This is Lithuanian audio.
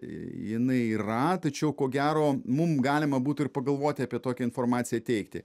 jinai yra tačiau ko gero mum galima būtų ir pagalvoti apie tokią informaciją teikti